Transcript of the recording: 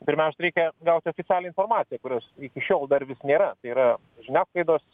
pirmiausia reikia gauti oficialią informaciją kurios iki šiol dar nėra tai yra žiniasklaidos